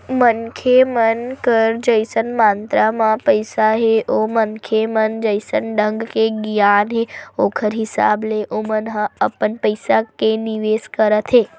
मनखे मन कर जइसन मातरा म पइसा हे ओ मनखे म जइसन ढंग के गियान हे ओखर हिसाब ले ओमन ह अपन पइसा के निवेस करत हे